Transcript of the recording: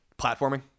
platforming